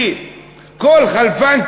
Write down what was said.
כי כל חלפן,